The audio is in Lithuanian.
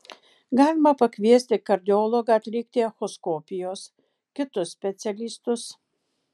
galima pakviesti kardiologą atlikti echoskopijos kitus specialistus